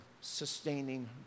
sustaining